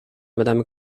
madame